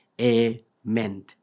Amen